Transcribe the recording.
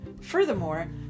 Furthermore